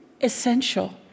essential